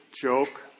joke